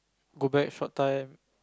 go back for time